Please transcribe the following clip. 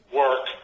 work